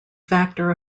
factor